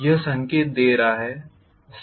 यह संकेत दे रहा है सही है